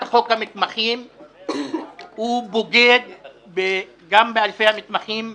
חוק המתמחים הוא בוגד גם באלפי המתמחים,